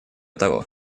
того